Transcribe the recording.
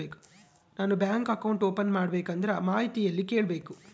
ನಾನು bank account open ಮಾಡಬೇಕಂದ್ರ ಮಾಹಿತಿ ಎಲ್ಲಿ ಕೇಳಬೇಕು?